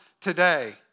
today